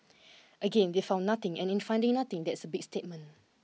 again they found nothing and in finding nothing that's a big statement